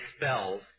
spells